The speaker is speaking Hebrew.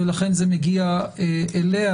ולכן זה מגיע אליה,